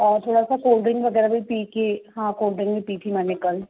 और थोड़ा सा कोल्ड ड्रिंक वगैरह भी पीकर हाँ कोल्ड ड्रिंक भी पी थी मैंने कल